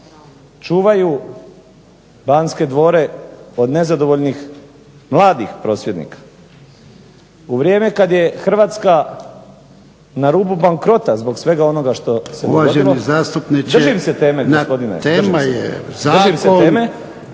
čuvaju Banske dvore od nezadovoljnih mladih prosvjednika, u vrijeme kad je Hrvatska na rubu bankrota zbog svega onoga što se dogodilo. **Jarnjak, Ivan (HDZ)** Uvaženi